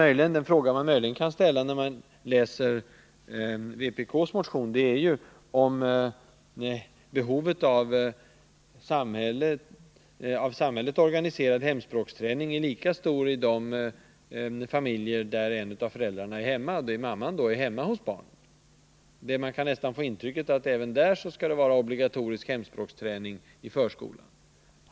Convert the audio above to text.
Den fråga man möjligen kan ställa, när man läser vpk:s motion, är om behovet av organiserad hemspråksträning är lika stort i de familjer där en av föräldrarna — i regel mamman — är hemma hos barnen. Man kan nästan få intrycket att det även i sådana fall skall vara obligatorisk hemspråksträning i förskolan.